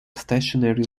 stationary